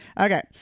Okay